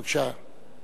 בבקשה.